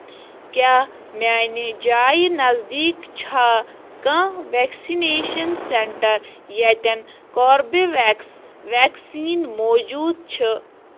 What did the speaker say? کیٛاہ میانہِ جایہِ نزدیٖک چھا کانٛہہ ویکسِنیشن سینٹر ییٚتٮ۪ن کاربِویٚکس ویکسیٖن موجوٗد چھِ